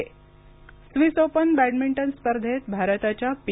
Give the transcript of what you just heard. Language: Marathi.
बॅडमिंटन स्विस ओपन बॅडमिंटन स्पर्धेत भारताच्या पी